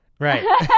right